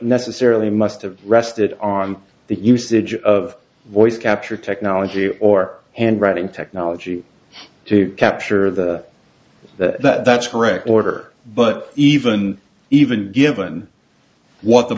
necessarily must have rested on the usage of voice capture technology or and writing technology to capture the that's correct order but even even given what the